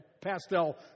pastel